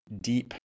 deep